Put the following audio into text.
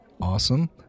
awesome